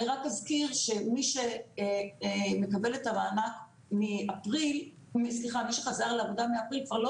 אני רק אזכיר שמי שחזר לעבודה מאפריל כבר לא